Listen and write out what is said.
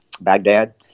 Baghdad